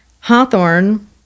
Hawthorne